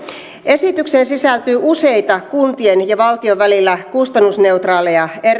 esitykseen sisältyy kuntien ja valtion välillä useita kustannusneutraaleja